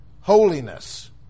holiness